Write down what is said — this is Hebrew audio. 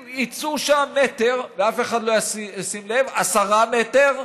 אם יצאו שם מטר ואף אחד לא ישים לב, עשרה מטרים,